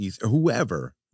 whoever